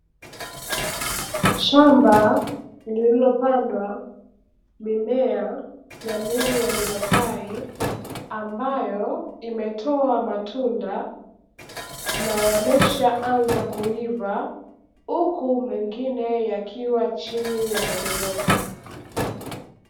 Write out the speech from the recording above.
shamba lilopandwa mimea jamii ya mipapai, ambayo imetoa matunda na yameshaanza kuiva, huku mengine yakiwa chini yamedondoka.